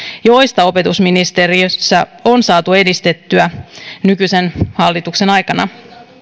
joita opetusministeriössä on saatu edistettyä nykyisen hallituksen aikana